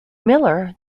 miller